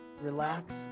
relax